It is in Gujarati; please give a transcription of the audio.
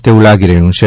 તેવું લાગી રહ્યું છે